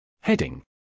Heading